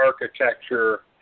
architecture